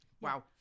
Wow